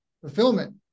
fulfillment